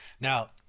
Now